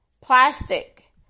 plastic